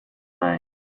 mine